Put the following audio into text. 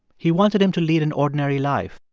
he wanted him to lead an ordinary life,